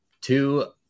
Two